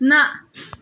نَہ